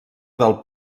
del